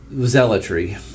zealotry